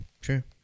Sure